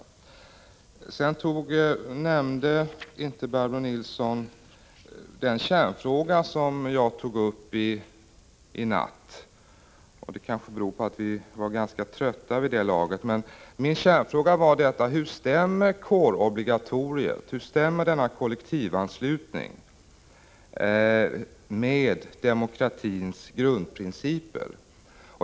Barbro Nilsson nämnde vidare inte den kärnfråga som jag tog upp i natt. Anledningen är kanske att vi var ganska trötta vid det laget. Min kärnfråga var: Hur stämmer kårobligatoriet, denna kollektivanslutning, med demokratins grundprinciper?